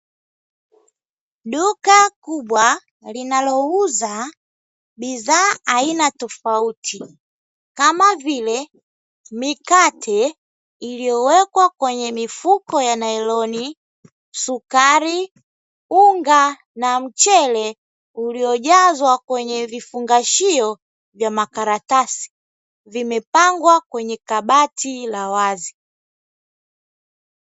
Duka kubwa linalouza bidhaa aina tofauti kama vile: mikate iliyowekwa kwenye mifuko ya nailoni, sukari, unga na mchele uliojazwa kwenye vifungashio vya makaratasi; vimepangwa kwenye kabati la wazi.